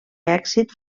èxit